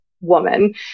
woman